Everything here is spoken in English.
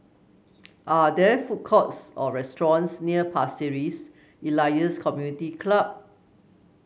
are there food courts or restaurants near Pasir Ris Elias Community Club